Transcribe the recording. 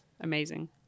Amazing